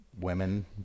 women